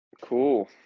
Cool